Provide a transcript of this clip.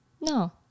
No